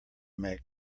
make